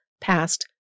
past